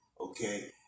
okay